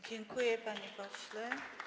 Dziękuję, panie pośle.